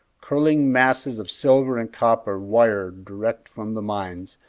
curling masses of silver and copper wire direct from the mines,